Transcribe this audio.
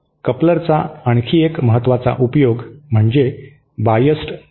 कपलरचा आणखी एक महत्त्वाचा उपयोग म्हणजे बायस्ड टी